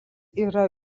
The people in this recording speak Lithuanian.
yra